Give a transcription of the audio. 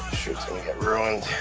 shirts gonna get ruined.